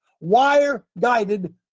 wire-guided